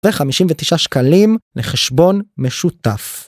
ו־59 שקלים לחשבון משותף.